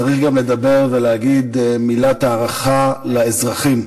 צריך גם לדבר ולהגיד מילת הערכה לאזרחים,